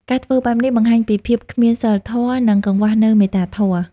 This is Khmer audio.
ការធ្វើបែបនេះបង្ហាញពីភាពគ្មានសីលធម៌ និងកង្វះនូវមេត្តាធម៌។